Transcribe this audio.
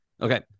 Okay